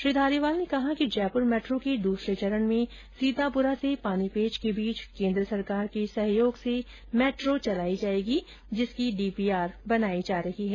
श्री धारीवाल ने कहा कि जयपूर मैट्रो के दूसरे चरण में सीतापुरा से पानीपेच के बीच केन्द्र सरकार के सहयोग से मैट्रो चलाई जाएगी जिसकी डीपीआर बनाई जा रही है